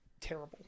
terrible